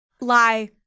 Lie